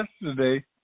yesterday